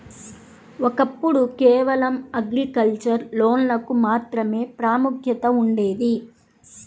ఒకప్పుడు కేవలం అగ్రికల్చర్ లోన్లకు మాత్రమే ప్రాముఖ్యత ఉండేది